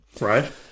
Right